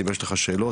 אם יש לך שאלות,